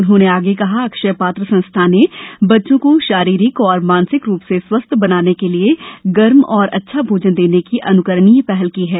उन्होंने आगे कहा अक्षय पात्र संस्था ने बच्चों को शारीरिक और मानसिक रूप से स्वस्थ बनाने के लिए गर्म और अच्छा भोजन देने की अनुकरणीय पहल की है